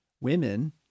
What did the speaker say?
women